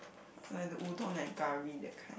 like the udon like curry that kind